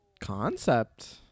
concept